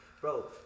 Bro